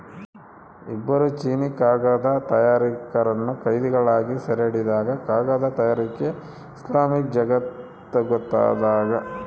ಇಬ್ಬರು ಚೀನೀಕಾಗದ ತಯಾರಕರನ್ನು ಕೈದಿಗಳಾಗಿ ಸೆರೆಹಿಡಿದಾಗ ಕಾಗದ ತಯಾರಿಕೆ ಇಸ್ಲಾಮಿಕ್ ಜಗತ್ತಿಗೊತ್ತಾಗ್ಯದ